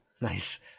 Nice